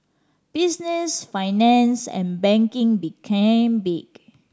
business finance and banking became big